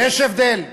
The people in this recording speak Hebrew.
יש הבדל.